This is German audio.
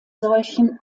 solchen